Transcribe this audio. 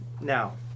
Now